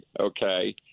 Okay